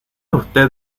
usted